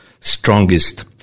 strongest